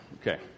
Okay